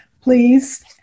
please